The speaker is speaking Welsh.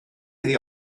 iddi